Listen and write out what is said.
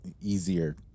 easier